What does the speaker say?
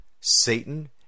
Satan